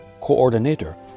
coordinator